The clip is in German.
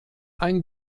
ein